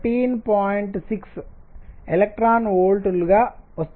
6 electron వోల్ట్లుగా వస్తుంది